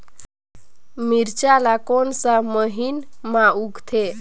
मिरचा ला कोन सा महीन मां उगथे?